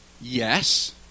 Yes